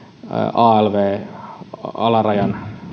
alv alarajahuojennuksen